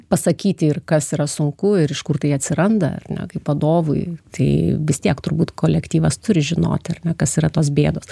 pasakyti ir kas yra sunku ir iš kur tai atsiranda ar ne kaip vadovui tai vis tiek turbūt kolektyvas turi žinoti ar ne kas yra tos bėdos